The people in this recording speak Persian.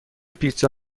پیتزا